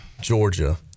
Georgia